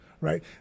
right